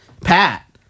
Pat